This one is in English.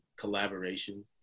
collaboration